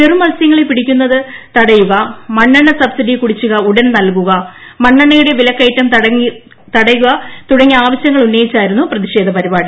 ചെറുമത്സ്യങ്ങളെ പിടിക്കുന്നത് തടയുക മണ്ണെണ്ണ സബ്സിഡി കുടിശ്ശിക ഉടൻ നൽകുക മണ്ണെണ്ണയുടെ വിലക്കയറ്റം തടയുക തുടങ്ങിയ ആവശ്യങ്ങളുന്നയിച്ചായിരുന്നു പ്രതിഷേധപരിപാടി